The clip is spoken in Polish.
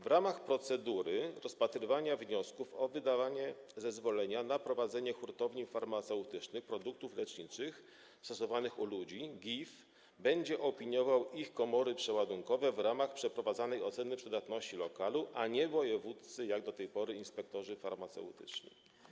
W ramach procedury rozpatrywania wniosków o wydawanie zezwolenia na prowadzenie hurtowni farmaceutycznych produktów leczniczych stosowanych u ludzi to GIF będzie opiniował ich komory przeładunkowe w ramach przeprowadzanej oceny przydatności lokalu, a nie, jak do tej pory, wojewódzcy inspektorzy farmaceutyczni.